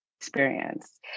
experience